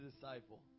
disciple